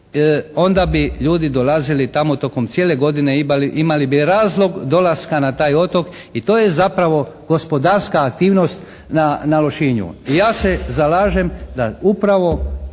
onda bi ljudi dolazili tamo tokom cijele godine. Imali bi razlog dolaska na taj otok i to je zapravo gospodarska aktivnost na Lošinju. I ja se zalažem da upravo,